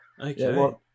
Okay